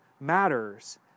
matters